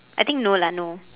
I think no lah no